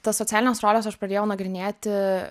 tas socialines roles aš pradėjau nagrinėti